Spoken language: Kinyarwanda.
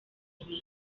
abiri